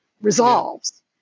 resolves